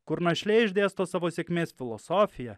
kur našlė išdėsto savo sėkmės filosofija